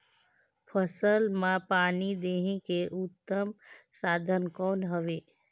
फसल मां पानी देहे के उत्तम साधन कौन हवे?